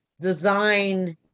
design